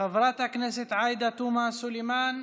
חברת הכנסת עאידה תומא סלימאן,